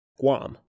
Guam